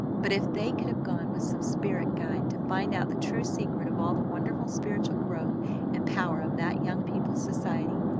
but, if they could have gone with some spirit guide to find out the true secret of all the wonderful spiritual growth and power of that young people's society,